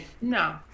No